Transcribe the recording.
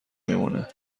میمونه